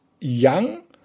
young